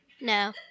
No